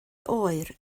oer